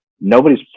Nobody's